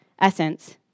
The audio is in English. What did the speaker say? essence